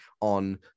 on